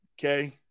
okay